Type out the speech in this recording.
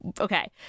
Okay